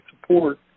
support